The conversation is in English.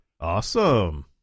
awesome